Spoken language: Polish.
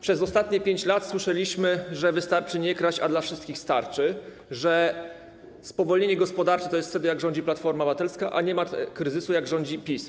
Przez ostatnie 5 lat słyszeliśmy, że wystarczy nie kraść, a dla wszystkich starczy, że spowolnienie gospodarcze jest wtedy, jak rządzi Platforma Obywatelska, a nie ma kryzysu, jak rządzi PiS.